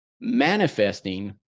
manifesting